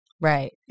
Right